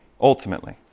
ultimately